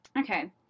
okay